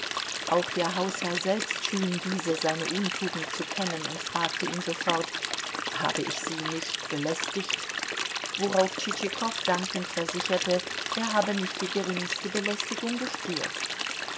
auch der hausherr selbst schien diese seine untugend zu kennen und fragte ihn sofort habe ich sie nicht belästigt worauf tschitschikow dankend versicherte er habe nicht die geringste belästigung gespürt